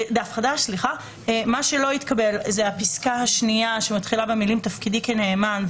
מה שלא התקבל זאת הפסקה השנייה שמתחילה במלים "תפקידי כנאמן"